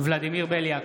ולדימיר בליאק,